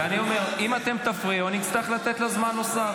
ואני אומר: אם אתם תפריעו אני אצטרך לתת לה זמן נוסף,